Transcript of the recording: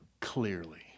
clearly